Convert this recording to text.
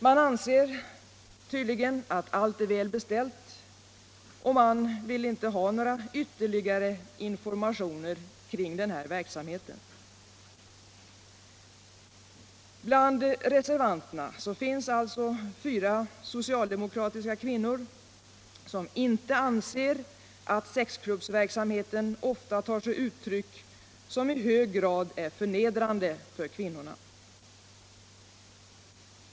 Man anser tydligen att allt är väl beställt och vill inte ha några vtuerligare informationer om denna verksamhet. Bland reservanterna finns fyra socialdemokratiska kvinnor som alltså inte anser att sexklubbsverksamheten ofta tar sig uttryck som i hög grad är förnedrande för kvinnorna.